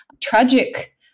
tragic